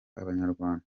abanyarwanda